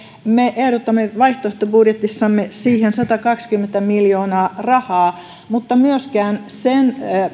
me ehdotamme vaihtoehtobudjetissamme siihen satakaksikymmentä miljoonaa rahaa mutta myöskään sen